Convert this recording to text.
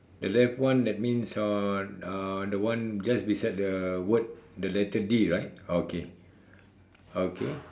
the left one that means on on the one just beside the word the letter D right okay okay